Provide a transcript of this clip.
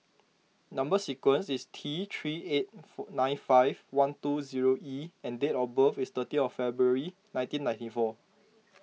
Number Sequence is T three eight four nine five one two zero E and date of birth is thirteen of February nineteen ninety four